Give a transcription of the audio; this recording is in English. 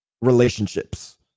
relationships